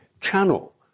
channel